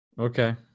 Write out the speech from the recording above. Okay